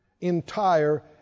entire